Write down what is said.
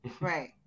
right